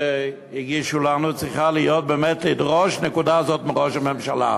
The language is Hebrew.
שהגישו לנו צריכה להיות לדרוש נקודה זאת מראש הממשלה.